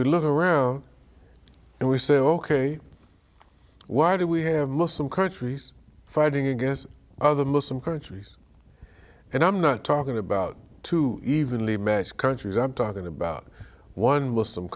we look around and we say ok why do we have muslim countries fighting against other muslim countries and i'm not talking about two evenly matched countries i'm talking about one